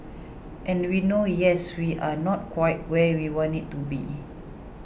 and we know yes we are not quite where we want it to be